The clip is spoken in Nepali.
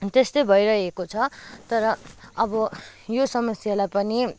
त्यस्तै भइरहेको छ तर अब यो समस्यालाई पनि